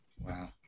Wow